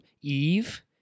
Eve